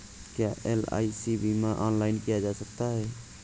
क्या एल.आई.सी बीमा ऑनलाइन किया जा सकता है?